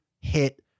hit